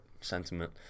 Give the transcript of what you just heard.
sentiment